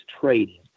trading